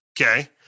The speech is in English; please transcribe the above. Okay